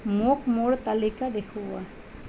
মোক মোৰ তালিকা দেখুওৱা